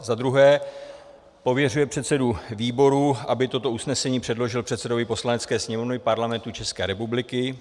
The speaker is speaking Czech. II. pověřuje předsedu výboru, aby toto usnesení předložil předsedovi Poslanecké sněmovny Parlamentu České republiky;